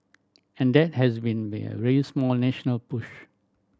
and that has been a national push